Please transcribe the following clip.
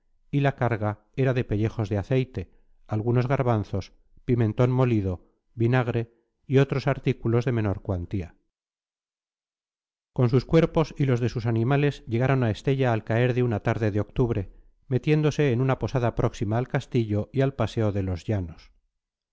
y la carga era de pellejos de aceite algunos garbanzos pimentón molido vinagre y otros artículos de menor cuantía con sus cuerpos y los de sus animales llegaron a estella al caer de una tarde de octubre metiéndose en una posada próxima al castillo y al paseo de los llanos